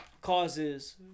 causes